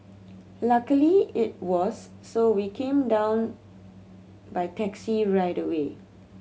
luckily it was so we came down by taxi right away